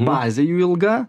bazė jų ilga